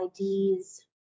IDs